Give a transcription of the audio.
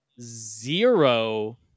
zero